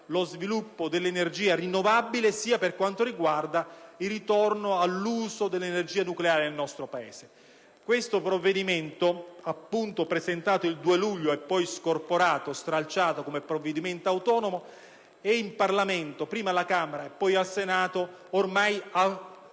lo sviluppo dell'energia rinnovabile sia per quanto concerne il ritorno all'uso dell'energia nucleare del nostro Paese. Il provvedimento presentato, come ho detto, il 2 luglio e poi scorporato, stralciato come provvedimento autonomo, è in Parlamento, prima alla Camera e poi al Senato, ormai -